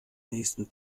nächsten